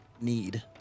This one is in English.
need